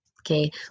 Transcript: okay